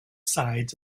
sides